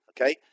okay